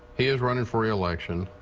he is running for re-election.